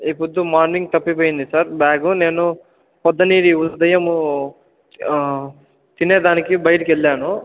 ఈ పొద్దు మార్నింగ్ తప్పిపోయింది సార్ బ్యాగ్ నేను పొద్దునే ఉదయము తినడానికి బయటికెళ్ళాను